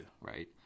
Right